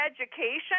education